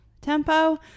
tempo